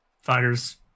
fighters